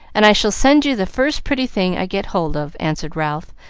and i shall send you the first pretty thing i get hold of, answered ralph,